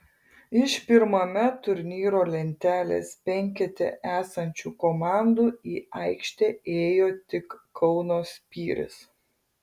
iš pirmame turnyro lentelės penkete esančių komandų į aikštę ėjo tik kauno spyris